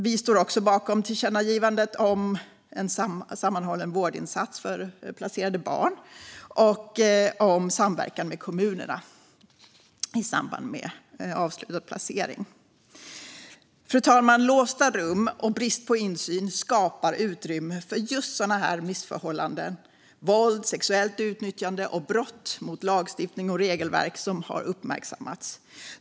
Vi står även bakom förslagen till tillkännagivanden om en sammanhållen vårdinsats för placerade barn och om samverkan med kommunerna i samband med avslutad placering. Fru talman! Låsta rum och brist på insyn skapar utrymme för just sådana missförhållanden där våld, sexuellt utnyttjande och brott mot lagstiftning och regelverk har uppmärksammats.